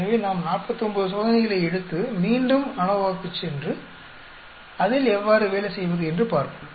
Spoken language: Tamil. எனவே நாம் 49 சோதனைகளை எடுத்து மீண்டும் அநோவாவுக்குச் சென்று அதில் எவ்வாறு வேலை செய்வது என்று பார்ப்போம்